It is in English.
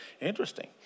interesting